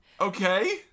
okay